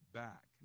back